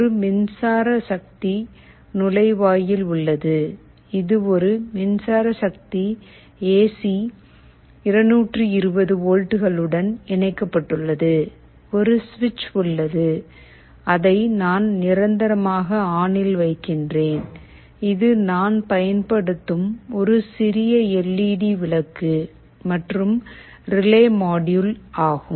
ஒரு மின்சார சக்தி நுழைவாயில் உள்ளது இது ஒரு மின்சார சக்தி ஏசி 220 வோல்ட்டுகளுடன் இணைக்கப்பட்டுள்ளது ஒரு சுவிட்ச் உள்ளது அதை நான் நிரந்தரமாக ஆனில் வைக்கிறேன் இது நான் பயன்படுத்தும் ஒரு சிறிய எல்இடி விளக்கு மற்றும் ரிலே மாடியுல் ஆகும்